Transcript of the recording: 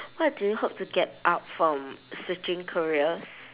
what do you hope to get out from switching careers